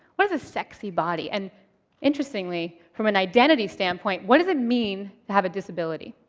what is a sexy body? and interestingly, from an identity standpoint, what does it mean to have a disability?